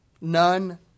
None